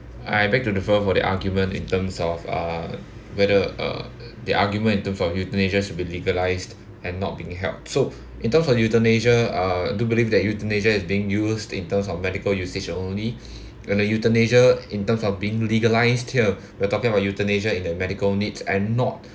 I beg to differ for their argument in terms of uh whether uh the argument in term for euthanasia should be legalized and not being helped so in terms of euthanasia I do believe that euthanasia is being used in terms of medical usage only and the euthanasia in terms of being legalised here we're talking about euthanasia in the medical needs and not